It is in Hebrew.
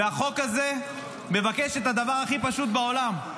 והחוק הזה מבקש את הדבר הכי פשוט בעולם: